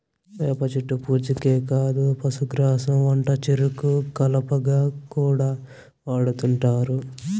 వేప చెట్టు పూజకే కాదు పశుగ్రాసం వంటచెరుకు కలపగా కూడా వాడుతుంటారు